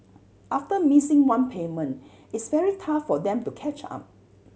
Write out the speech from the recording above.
after missing one payment it's very tough for them to catch up